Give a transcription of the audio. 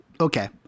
Okay